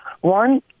One